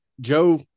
Joe